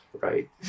right